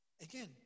again